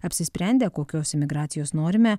apsisprendę kokios imigracijos norime